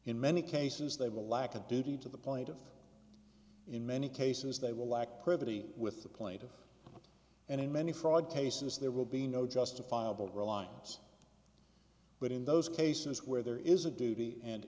in many cases they will lack a duty to the point of in many cases they will act pretty with the plaintiff and in many fraud cases there will be no justifiable reliance but in those cases where there is a duty and